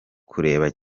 kureba